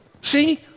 See